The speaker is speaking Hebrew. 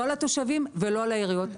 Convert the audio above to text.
לא על התושבים ולא על העיריות.